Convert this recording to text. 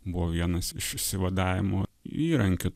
buvo vienas iš išsivadavimo įrankių